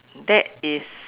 that is